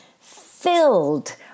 filled